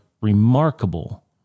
remarkable